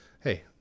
hey